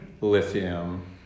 lithium